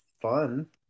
fun